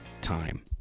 time